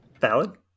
Valid